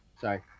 Sorry